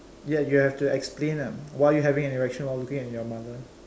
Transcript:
ya you have to explain lah why you having an erection while looking at your mother